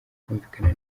kwumvikana